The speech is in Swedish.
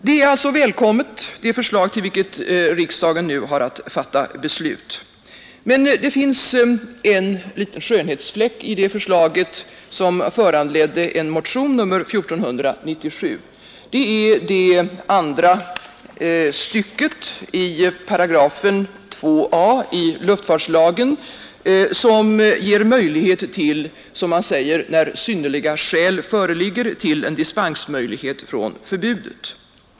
Det förslag till vilket riksdagen nu har att ta ställning är alltså välkommet, men det finns en liten skönhetsfläck i förslaget som föranledde en motion, nr 1497. Jag avser andra stycket i 1 kap. 2 a 8 i luftfartslagen som ger möjlighet till dispens från förbudet när, som man säger, synnerliga skäl föreligger.